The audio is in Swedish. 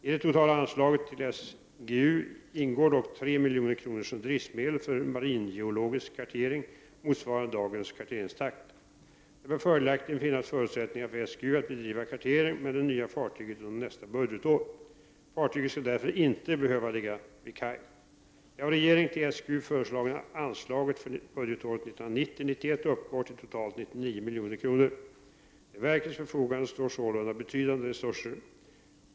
I det totala anslaget till SGU ingår dock drygt 3 milj.kr. som driftsmedel för maringeologisk kartering motsvarande dagens karteringstakt. Det bör följaktligen finnas förutsättningar för SGU att bedriva kartering med det nya fartyget under nästa budgetår. Fartyget skall därför inte behöva ligga vid kaj. Det av regeringen till SGU föreslagna anslaget för budgetåret 1990/91 uppgår till totalt ca 99 milj.kr. Till verkets förfogande står sålunda betydande resurser.